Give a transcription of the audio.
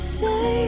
say